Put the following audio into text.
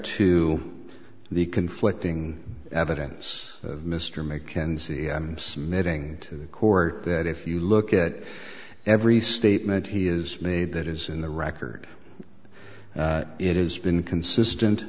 to the conflicting evidence of mr mckenzie and smiting to the court that if you look at every statement he is made that is in the record it has been consistent